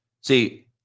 See